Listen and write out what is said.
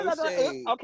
Okay